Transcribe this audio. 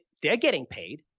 they're getting paid,